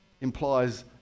implies